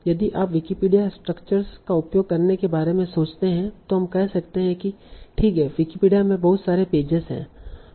यदि आप Wikipedia structures का उपयोग करने के बारे में सोचते हैं तो हम कह सकते हैं कि ठीक है विकिपीडिया में बहुत सारे पेजेज हैं